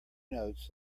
notes